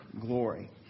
glory